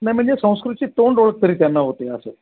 नाही म्हणजे संस्कृतची तोंड ओळख तरी त्यांना होते असं